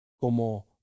como